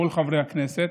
כל חברי הכנסת,